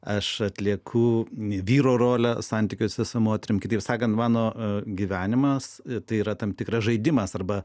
aš atlieku vyro rolę santykiuose su moterim kitaip sakant mano gyvenimas tai yra tam tikras žaidimas arba